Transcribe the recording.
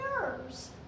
nerves